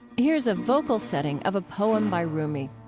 here's a vocal setting of a poem by rumi